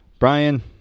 Brian